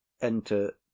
enter